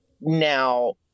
now